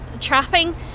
trapping